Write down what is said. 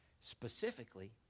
specifically